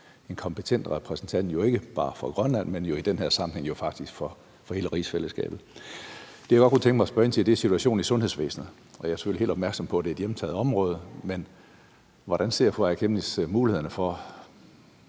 en kompetent repræsentant, ikke bare for Grønland, men i den her sammenhæng jo faktisk for hele rigsfællesskabet. Det, jeg godt kunne tænke mig at spørge ind til, er situationen i sundhedsvæsenet. Jeg er selvfølgelig helt opmærksom på, at det er et hjemtaget område, men hvordan ser fru Aaja Chemnitz mulighederne for